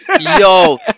Yo